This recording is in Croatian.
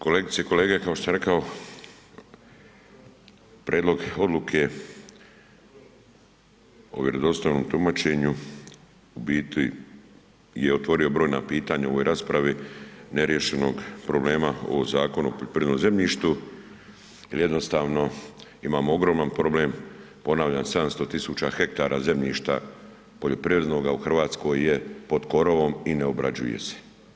Kolegice i kolege, kao što sam rekao, prijedlog odluke o vjerodostojnom tumačenju u biti je otvorio brojna pitanja u ovoj raspravi neriješenog problema o Zakonu o poljoprivrednom zemljištu jer jednostavno imamo ogroman problem, ponavljam, 700 tisuća hektara zemljišta poljoprivrednoga u Hrvatskoj je pod korovom i ne obrađuje se.